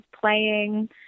playing